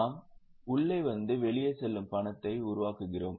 நாம் உள்ளே வந்து வெளியே செல்லும் பல பணத்தை உருவாக்குகிறோம்